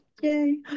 yay